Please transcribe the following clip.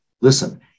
Listen